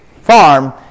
farm